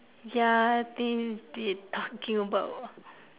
ya they they talking about